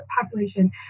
population